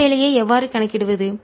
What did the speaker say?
செய்த வேலையை எவ்வாறு கணக்கிடுவது